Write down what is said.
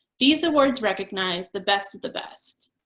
these awards recognize the best of the best.